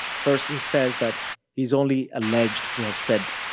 first he says that he's only alleged to have said